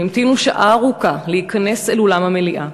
המתינו שעה ארוכה להיכנס אל אולם המליאה.